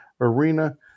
Arena